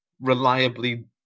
reliably